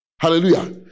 Hallelujah